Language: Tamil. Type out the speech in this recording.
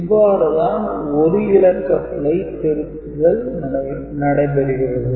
இவ்வாறு தான் 1 இலக்க பிழை திருத்துதல் நடக்கிறது